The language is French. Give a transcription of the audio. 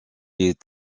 les